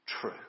true